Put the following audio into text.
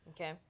okay